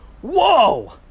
Whoa